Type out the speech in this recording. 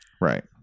Right